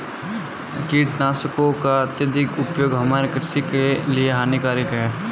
कीटनाशकों का अत्यधिक उपयोग हमारे कृषि के लिए हानिकारक है